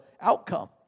outcome